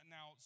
Now